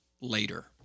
later